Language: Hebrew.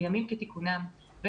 כל